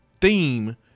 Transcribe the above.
theme